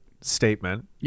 statement